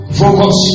focus